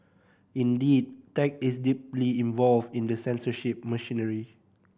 indeed tech is deeply involved in the censorship machinery